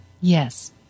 Yes